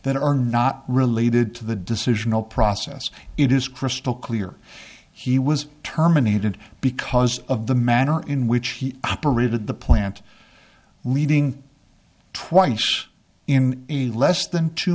that are not related to the decisional process it is crystal clear he was terminated because of the manner in which he operated the plant leading twice in a less than two